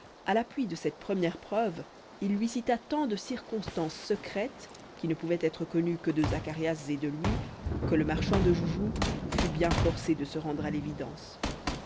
à l'appui de cette première preuve il lui cita tant de circonstances secrètes qui ne pouvaient être connues que de zacharias et de lui que le marchand de joujoux fut bien forcé de se rendre à l'évidence